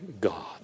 god